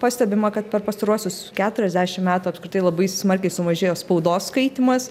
pastebima kad per pastaruosius keturiasdešim metų apskritai labai smarkiai sumažėjo spaudos skaitymas